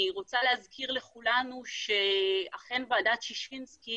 אני רוצה להזכיר לכולנו שאכן ועדת ששינסקי